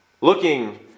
Looking